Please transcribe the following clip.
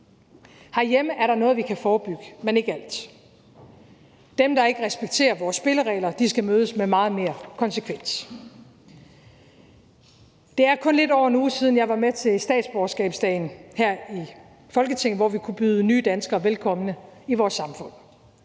Herhjemme er der noget, vi kan forebygge, men ikke alt; dem, der ikke respekterer vores spilleregler, skal mødes med meget mere konsekvens. Det er kun lidt over en uge siden, jeg var med til statsborgerskabsdagen her i Folketinget, hvor vi kunne byde nye danskere velkommen i vores samfund.